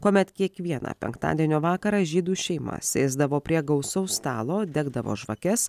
kuomet kiekvieną penktadienio vakarą žydų šeima sėsdavo prie gausaus stalo degdavo žvakes